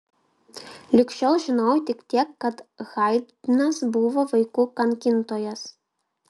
lig šiol žinojau tik tiek kad haidnas buvo vaikų kankintojas